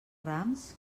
rams